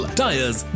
tires